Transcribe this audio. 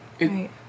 right